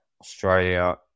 Australia